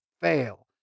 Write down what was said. fail